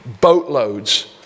boatloads